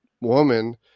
woman